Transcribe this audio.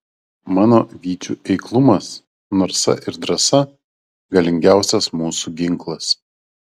mano vyčių eiklumas narsa ir drąsa galingiausias mūsų ginklas